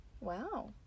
Wow